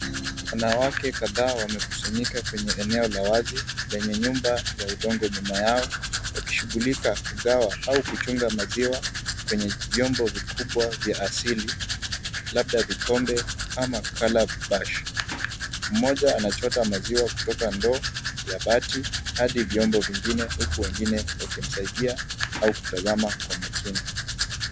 Wanawake kadhaa wamekusanyika kwenye eneo la wazi, lenye nyumba ya udongo nyuma yao, wakishughulika kugawa au kuchunga maziwa kwenye vyombo vikubwa vya asili labda vikombe ama calabash . Mmoja anachota maziwa kutoka ndoo ya bati hadi vyombo vingine huku wengine wakimsaidia au kutazama Kwa makini.